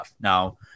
Now